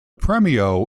premio